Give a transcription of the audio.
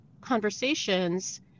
conversations